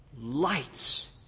Lights